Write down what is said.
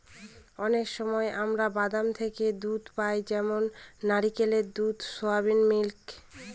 অনেক সময় আমরা বাদাম থেকে দুধ পাই যেমন নারকেলের দুধ, সোয়া মিল্ক